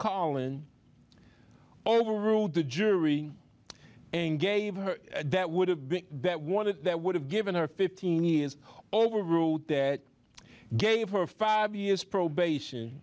collen overruled the jury and gave her that would have been that wanted that would have given her fifteen years over route that gave her five years probation